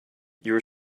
your